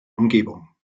umgebung